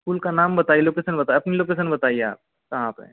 पुल का नाम बताईए लोकेशन बताईए अपनी लोकेशन बताईए आप कहाँ पे हैं